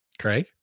Craig